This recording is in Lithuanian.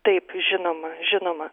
taip žinoma žinoma